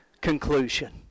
conclusion